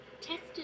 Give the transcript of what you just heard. tested